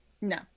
No